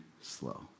slow